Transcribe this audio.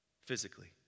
physically